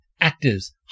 Actors